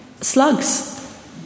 slugs